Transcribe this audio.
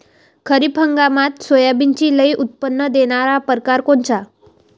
खरीप हंगामात सोयाबीनचे लई उत्पन्न देणारा परकार कोनचा?